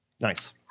Nice